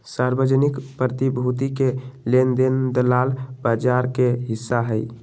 सार्वजनिक प्रतिभूति के लेन देन दलाल बजार के हिस्सा हई